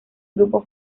grupo